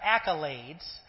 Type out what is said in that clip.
accolades